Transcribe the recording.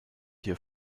hier